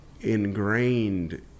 ingrained